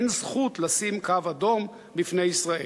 אין זכות לשים קו אדום בפני ישראל.